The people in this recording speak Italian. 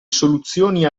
soluzioni